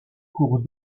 cours